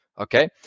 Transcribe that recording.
Okay